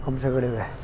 ಅಂಶಗಳಿವೆ